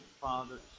Father